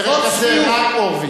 מרגע זה, רק הורוביץ.